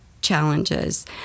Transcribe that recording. challenges